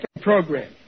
program